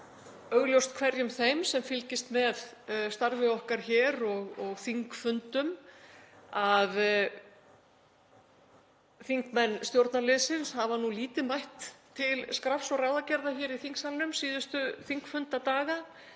augljóst hverjum þeim sem fylgist með starfi okkar hér og þingfundum að þingmenn stjórnarliðsins hafa lítið mætt til skrafs og ráðagerða í þingsalnum síðustu þingfundadaga